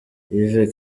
yves